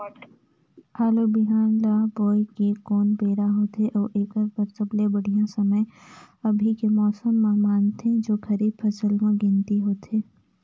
आलू बिहान ल बोये के कोन बेरा होथे अउ एकर बर सबले बढ़िया समय अभी के मौसम ल मानथें जो खरीफ फसल म गिनती होथै?